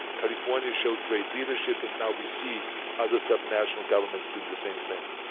california showed great leadership and now we see other subnational governments doing the same thing.